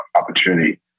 opportunity